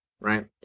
right